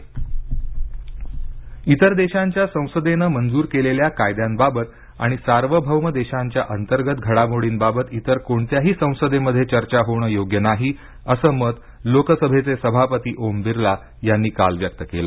ओम बिर्ला इतर देशांच्या संसदेनं मंजूर केलेल्या कायद्यांबाबत आणि सार्वभौम देशांच्या अंतर्गत घडामोडींबाबत इतर कोणत्याही संसदेमध्ये चर्चा होणं योग्य नाही असं मत लोकसभेचे सभापती ओम बिर्ला यांनी काल व्यक्त केलं